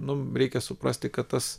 nu reikia suprasti kad tas